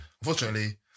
Unfortunately